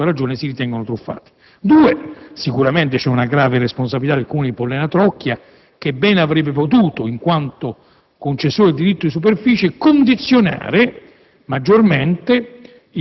in particolare di coloro che, a torto o a ragione, si ritengono truffati. In secondo luogo, sicuramente c'è una grave responsabilità del Comune di Pollena Trocchia, che bene avrebbe potuto, in quanto concessore del diritto di superficie, condizionare